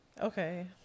okay